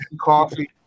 coffee